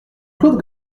claude